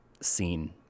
scene